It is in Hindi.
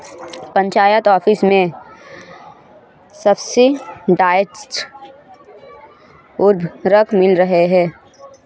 पंचायत ऑफिस में सब्सिडाइज्ड उर्वरक मिल रहे हैं